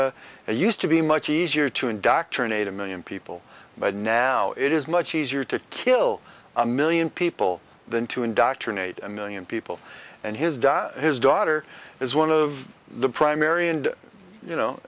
and used to be much easier to indoctrinate a million people but now it is much easier to kill a million people than to indoctrinate a million people and his da his daughter is one of the primary and you know